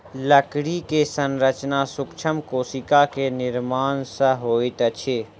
लकड़ी के संरचना सूक्ष्म कोशिका के निर्माण सॅ होइत अछि